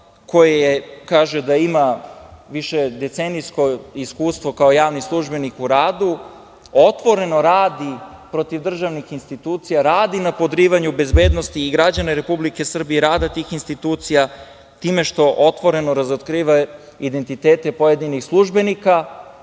koji kaže da ima višedecenijsko iskustvo kao javni službenik u radu, otvoreno radi protiv državnih institucija, radi na podrivanju bezbednosti i građana Republike Srbije, rada tih institucija time što otvoreno razotkriva identitete pojedinih službenika,